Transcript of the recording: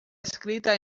escrita